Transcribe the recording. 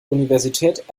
universität